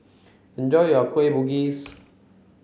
enjoy your Kueh Bugis